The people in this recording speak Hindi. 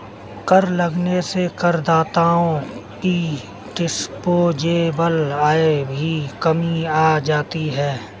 कर लगने से करदाताओं की डिस्पोजेबल आय में भी कमी आ जाती है